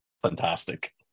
fantastic